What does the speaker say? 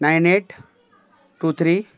nine eight two three